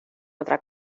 otra